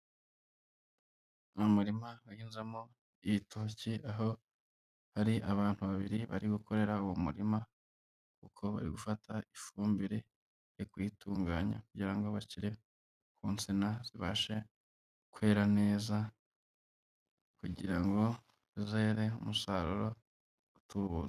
Umurima uhinzemo ibitoki aho hari abantu babiri bari gukorera uwo murima, kuko bari gufata ifumbire no kuyitunganya kugira ngo bashyire mu nsina zibashe kwera neza, kugira ngo zizere umusaruro utubutse.